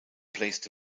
placed